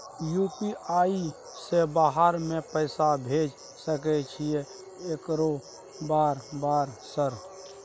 UPI से बाहर में पैसा भेज सकय छीयै केकरो बार बार सर?